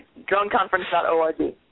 droneconference.org